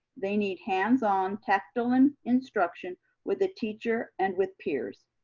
they need hands-on tactile and instruction with a teacher and with peers.